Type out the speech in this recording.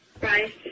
Right